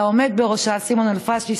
לעומד בראשה סימון אלפסי,